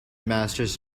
masters